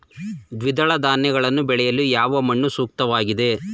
ದ್ವಿದಳ ಧಾನ್ಯಗಳನ್ನು ಬೆಳೆಯಲು ಯಾವ ಮಣ್ಣು ಸೂಕ್ತವಾಗಿದೆ?